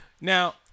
Now